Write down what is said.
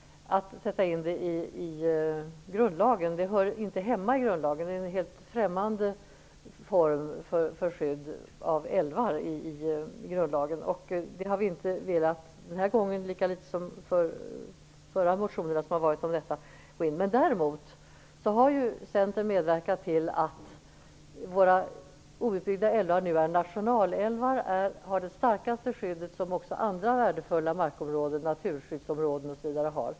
Denna fråga hör inte hemma i grundlagen. Det är en helt främmande form för skydd av älvar. Det anser vi nu liksom tidigare. Däremot har Centern medverkat till att våra outbyggda älvar nu är nationalälvar och alltså har det starkaste skyddet, vilket även andra värdefulla markområden, naturskyddsområden osv., har.